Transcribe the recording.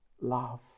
love